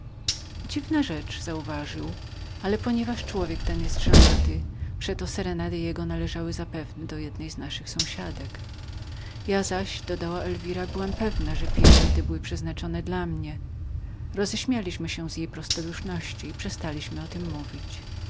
dziwna rzecz rzekł ale ponieważ jegomość ten jest żonatym przeto serenady jego należały zapewne do jednej z naszych sąsiadek w istocie dodała elwira byłam pewną że pieśni te były dla mnie rozśmieliśmy się z tej prostoduszności i przestaliśmy o nim mówić